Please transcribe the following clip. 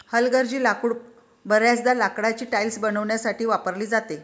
हलगर्जी लाकूड बर्याचदा लाकडाची टाइल्स बनवण्यासाठी वापरली जाते